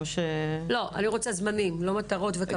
אני רוצה זמנים, לא מטרות וכוונות.